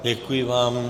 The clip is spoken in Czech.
Děkuji vám.